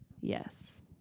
Yes